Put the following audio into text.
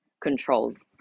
controls